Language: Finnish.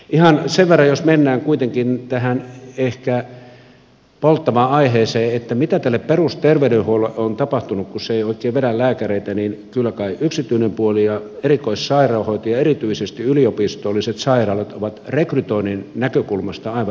ihan sen verran jos mennään kuitenkin tähän ehkä polttavaan aiheeseen mitä tälle perusterveydenhuollolle on tapahtunut kun se ei oikein vedä lääkäreitä niin kyllä kai yksityinen puoli ja erikoissairaanhoito ja erityisesti yliopistolliset sairaalat ovat rekrytoinnin näkökulmasta aivan ylivoimaisia